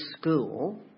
school